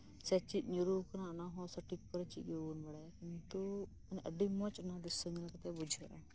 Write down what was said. ᱥᱮ ᱪᱮᱫ ᱧᱩᱨᱩᱜ ᱠᱟᱱᱟ ᱚᱱᱟ ᱦᱚᱸ ᱥᱴᱷᱤᱠ ᱠᱚᱨᱮ ᱪᱮᱫ ᱜᱮ ᱵᱟᱵᱚᱱ ᱵᱟᱲᱟᱭᱟ ᱠᱤᱱᱛᱩ ᱟᱹᱰᱤ ᱢᱚᱡᱽ ᱚᱱᱟ ᱫᱨᱤᱥᱥᱚ ᱧᱮᱞ ᱠᱟᱛᱮ ᱵᱩᱡᱷᱟᱹᱜᱼᱟ